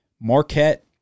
Marquette